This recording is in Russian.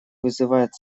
вызывает